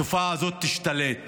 התופעה הזאת תשתלט.